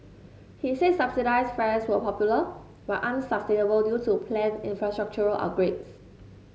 he said subsidised fares were popular but unsustainable due to planned infrastructural upgrades